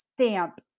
stamp